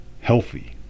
healthy